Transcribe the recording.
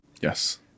Yes